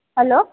hello